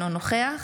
אינו נוכח